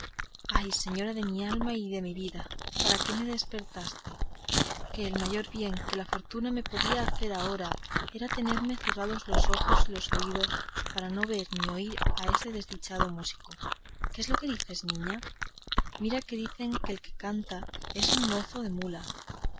ay señora de mi alma y de mi vida para qué me despertastes que el mayor bien que la fortuna me podía hacer por ahora era tenerme cerrados los ojos y los oídos para no ver ni oír a ese desdichado músico qué es lo que dices niña mira que dicen que el que canta es un mozo de mulas